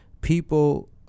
people